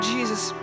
Jesus